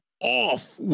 off